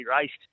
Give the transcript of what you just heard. raced